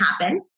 happen